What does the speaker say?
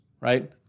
right